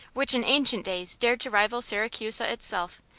which in ancient days dared to rival siracusa itself,